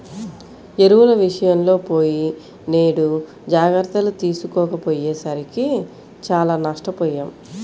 ఎరువుల విషయంలో పోయినేడు జాగర్తలు తీసుకోకపోయేసరికి చానా నష్టపొయ్యాం